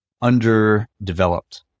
underdeveloped